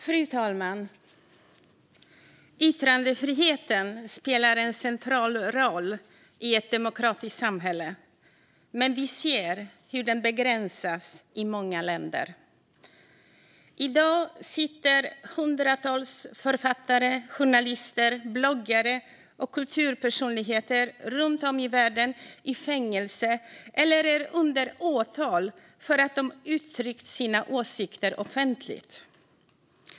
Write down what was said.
Fru talman! Yttrandefriheten spelar en central roll i ett demokratiskt samhälle, men vi ser hur den begränsas i många länder. I dag sitter hundratals författare, journalister, bloggare och kulturpersonligheter runt om i världen i fängelse eller är under åtal för att de uttryckt sina åsikter offentligt.